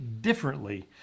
differently